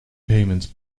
payment